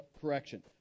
correction